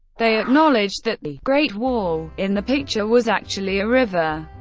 they acknowledged that the great wall in the picture was actually a river.